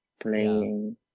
playing